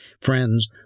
Friends